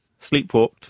Sleepwalked